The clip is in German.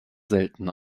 selten